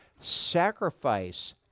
sacrifice